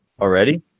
already